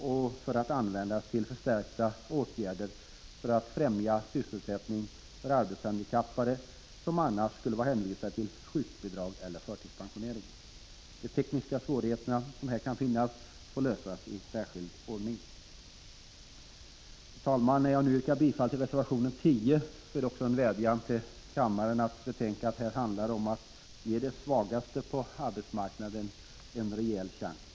Där skulle de användas till förstärkta åtgärder för att främja sysselsättning för arbetshandikappade, som annars skulle vara hänvisade till sjukbidrag eller förtidspensionering. De tekniska svårigheter som här kan finnas får lösas i särskild ordning. Fru talman! När jag nu yrkar bifall till reservation 10, innebär det också en vädjan till kammaren att betänka att det här handlar om att ge de svagaste på arbetsmarknaden en rejäl chans.